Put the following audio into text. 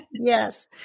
Yes